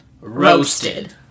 Roasted